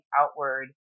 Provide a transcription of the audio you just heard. outward